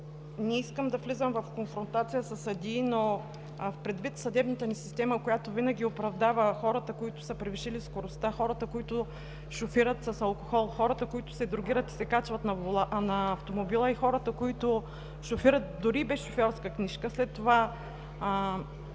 Не искам да влизам в конфронтация със съдии, но предвид съдебната ни система, която винаги оправдава хората, които са превишили скоростта, хората, които шофират с алкохол, които се дрогират и се качват на автомобила, и които шофират дори и без шофьорска книжка, след това